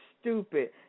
stupid